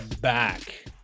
back